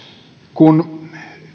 kun